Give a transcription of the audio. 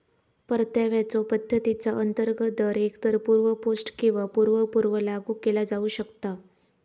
परताव्याच्यो पद्धतीचा अंतर्गत दर एकतर पूर्व पोस्ट किंवा पूर्व पूर्व लागू केला जाऊ शकता